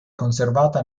conservata